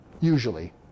usually